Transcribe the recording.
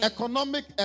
Economic